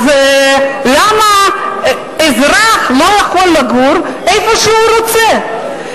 למה אזרח לא יכול לגור איפה שהוא רוצה?